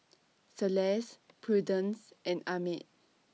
Celeste Prudence and Ahmed